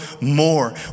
more